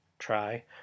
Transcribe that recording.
try